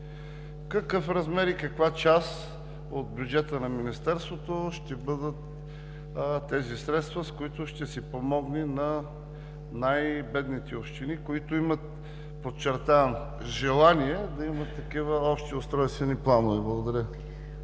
Какъв размер и каква част от бюджета на Министерството ще бъдат тези средства, с които ще се помогне на най-бедните общини, които имат желание, подчертавам, да имат такива общи устройствени планове? Благодаря.